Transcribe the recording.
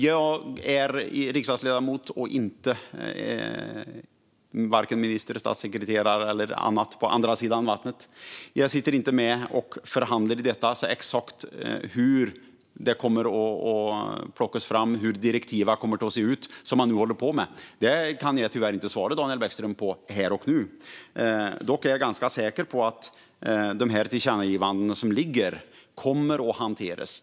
Jag är riksdagsledamot och inte vare sig minister, statssekreterare eller något annat på den andra sidan vattnet. Jag sitter inte med och förhandlar om exakt hur detta kommer att plockas fram och hur de direktiv som man nu håller på med kommer att se ut. Det kan jag tyvärr inte svara Daniel Bäckström på här och nu. Jag är dock ganska säker på att de tillkännagivanden som finns kommer att hanteras.